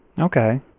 Okay